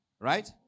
right